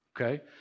okay